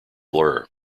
blur